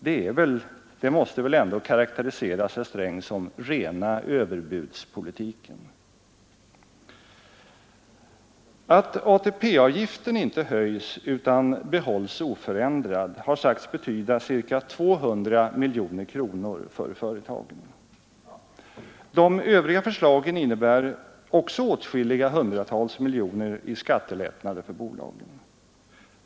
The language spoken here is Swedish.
Det måste väl ändå, herr Sträng, karakteriseras som rena överbudspolitiken! 200 miljoner kronor för företagen. De övriga förslagen innebär åtskilliga också hundratals miljoner i skattelättnader för bolagen.